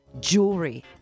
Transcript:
jewelry